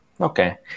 okay